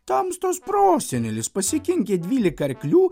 tamstos prosenelis pasikinkė dvylika arklių